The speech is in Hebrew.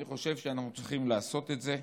אני חושב שאנחנו צריכים לעשות את זה.